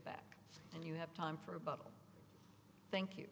back and you have time for a bubble thank you